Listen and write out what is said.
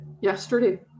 yesterday